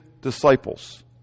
disciples